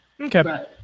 Okay